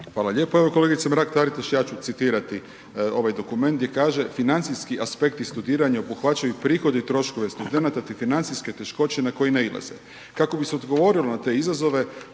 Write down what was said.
Hvala lijepo. Evo, kolegice Mrak-Taritaš, ja ću citirati ovaj dokument gdje kaže, financijski aspekti studiranja obuhvaćaju prihode i troškove studenata te financijske teškoće na koje nailaze. Kako bi se odgovorilo na te izazove,